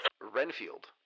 Renfield